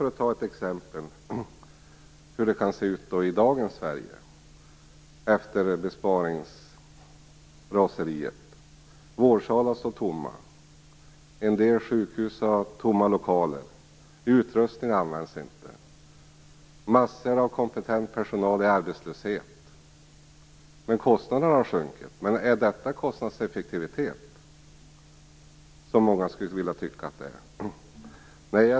Några exempel på hur det kan se ut i dagens Sverige, efter besparingsraseriet: vårdsalar står tomma, en del sjukhus har tomma lokaler, utrustning används inte, mängder av kompetent personal är arbetslös. Men kostnaderna har sjunkit. Är detta kostnadseffektivitet, som många väl tycker att det är?